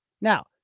Now